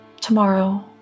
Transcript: tomorrow